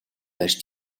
барьж